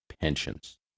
pensions